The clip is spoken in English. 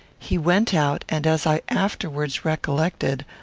he went out, and, as i afterwards recollected,